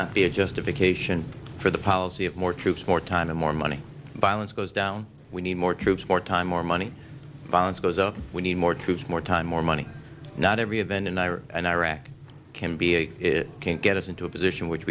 cannot be a justification for the policy of more troops more time more money violence goes down we need more troops more time more money violence goes up we need more troops more time more money not every event in iraq and iraq can be a it can't get us into a position which